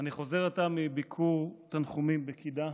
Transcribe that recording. אני חוזר עתה מביקור תנחומים בקידה,